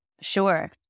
Sure